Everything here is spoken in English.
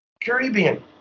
Caribbean